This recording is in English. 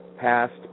past